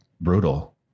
brutal